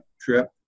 trip